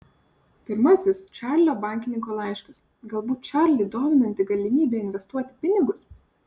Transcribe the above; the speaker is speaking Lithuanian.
pirmasis čarlio bankininko laiškas galbūt čarlį dominanti galimybė investuoti pinigus